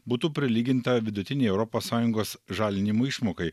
būtų prilyginta vidutinei europos sąjungos žalinimo išmokai